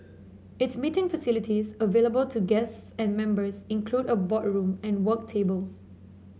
its meeting facilities available to guests and members include a boardroom and work tables